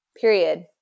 period